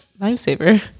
lifesaver